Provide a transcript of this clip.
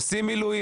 עושים מילואים.